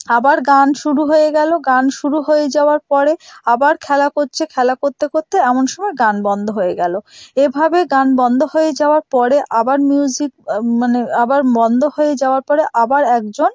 আবার গান শুরু হয়ে গেল গান শুরু হয়ে যাওয়ার পরে আবার খেলা করছে খেলা করতে করতে এমন সময় গান বন্ধ হয়ে গেল এভাবে গান বন্ধ হয়ে যাওয়ার পরে আবার মিউজিক মানে আবার বন্ধ হয়ে যাওয়ার পরে আবার একজন